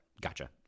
Gotcha